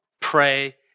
pray